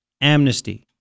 amnesty